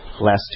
last